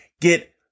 get